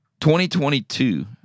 2022